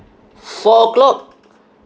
four o'clock